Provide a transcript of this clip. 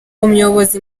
umuyobozi